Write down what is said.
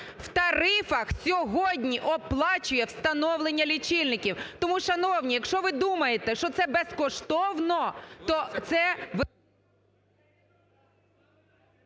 в тарифах сьогодні оплачує встановлення лічильників. Тому, шановні, якщо ви думаєте, що це безкоштовно, то це…